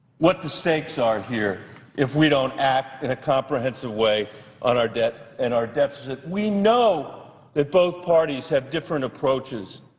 what the stakes are here if we don't act in a comprehensive way on our debt and our deficit. we know that both parties have different approaches